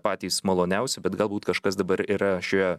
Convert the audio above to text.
patys maloniausi bet galbūt kažkas dabar yra šioje